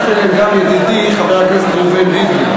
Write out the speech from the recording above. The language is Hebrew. הצטרף אליהם גם ידידי חבר הכנסת ראובן ריבלין.